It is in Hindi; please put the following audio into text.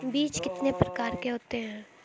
बीज कितने प्रकार के होते हैं?